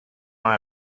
non